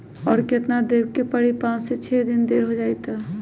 और केतना देब के परी पाँच से छे दिन देर हो जाई त?